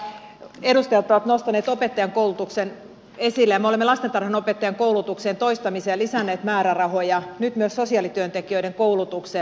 täällä edustajat ovat nostaneet opettajankoulutuksen esille ja me olemme lastentarhanopettajakoulutukseen toistamiseen lisänneet määrärahoja nyt myös sosiaalityöntekijöiden koulutukseen